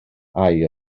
aur